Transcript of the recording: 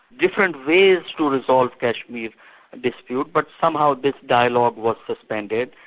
different ways to resolve kashmir dispute, but somehow this dialogue was suspended.